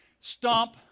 Stomp